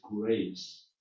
grace